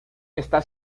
está